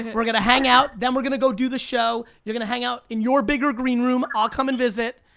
we're gonna hang out, then we're gonna go do the show. you're gonna hang out in your bigger green room. i'll come and visit.